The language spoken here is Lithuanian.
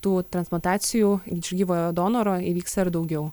tų transplantacijų iš gyvojo donoro įvyksta ir daugiau